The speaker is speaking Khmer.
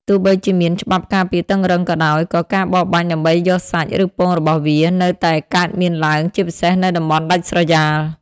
ទោះបីជាមានច្បាប់ការពារតឹងរ៉ឹងក៏ដោយ ក៏ការបរបាញ់ដើម្បីយកសាច់ ឬពងរបស់វា នៅតែកើតមានឡើង ជាពិសេសនៅតំបន់ដាច់ស្រយាល។